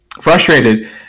frustrated